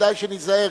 וכדאי שניזהר,